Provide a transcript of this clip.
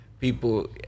people